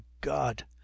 god